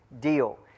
deal